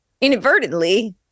inadvertently